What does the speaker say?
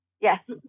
yes